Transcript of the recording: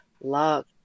love